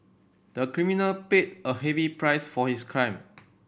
the criminal paid a heavy price for his crime